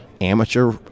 amateur